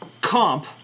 Comp